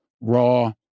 raw